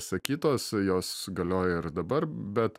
sakytos jos galioja ir dabar bet